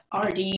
RD